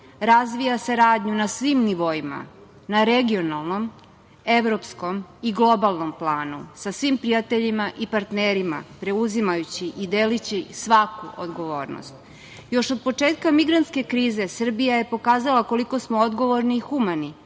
razvija saradnju na svim nivoima, na regionalnom, evropskom i globalnom planu sa svim prijateljima i partnerima, preuzimajući i deleći svaku odgovornost. Još od početka migrantske krize Srbija je pokazala koliko smo odgovorni i humani.